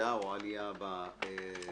ירידה או עלייה ברזולוציות.